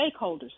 stakeholders